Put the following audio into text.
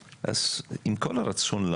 אז קודם כל יש לנו את הנתונים,